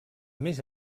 més